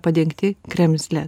padengti kremzle